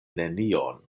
nenion